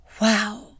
wow